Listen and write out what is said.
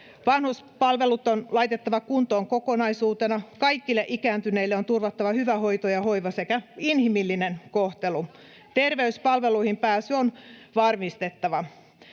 Vanhuspalvelut on laitettava kuntoon kokonaisuutena. Kaikille ikääntyneille on turvattava hyvä hoito ja hoiva sekä inhimillinen kohtelu. [Vasemmalta: No miten